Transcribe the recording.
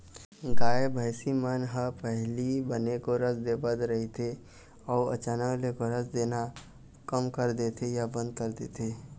गाय, भइसी मन ह पहिली बने गोरस देवत रहिथे अउ अचानक ले गोरस देना कम कर देथे या बंद कर देथे